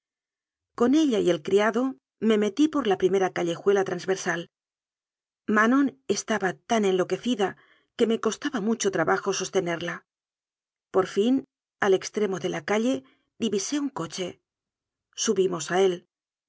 con ella y el criado me metí por la primera callejuela transversal manon estaba tan enloquecida que me costaba mucho trabajo soste nerla por fin al extremo de la calle divisé un co che subimos a él